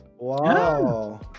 wow